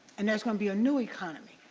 and there's going to be a new economy.